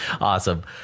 Awesome